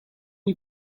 you